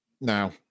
now